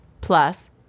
Plus